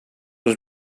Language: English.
was